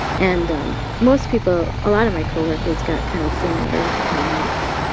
and um most people a lot of my co-workers got kind of similar comments,